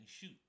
shoot